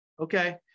Okay